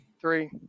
three